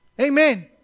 Amen